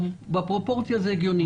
בפרופורציה זה הגיוני.